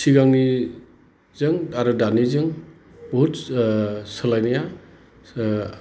सिगांनिजों आरो दानिजों बहुद सोलायनाया